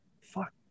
Fuck